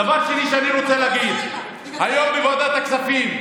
דבר שני שאני רוצה להגיד, היום בוועדת הכספים,